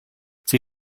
sie